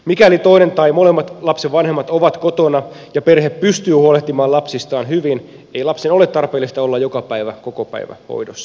mikäli toinen tai molemmat lapsen vanhemmat ovat kotona ja perhe pystyy huolehtimaan lapsistaan hyvin ei lapsen ole tarpeellista olla joka päivä kokopäivähoidossa